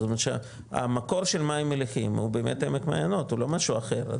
זאת אומרת שהמקור של מים מליחים הוא באמת עמק מעיינות הוא לא משהו אחר.